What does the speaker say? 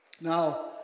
Now